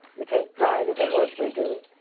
we take pride in the work we do,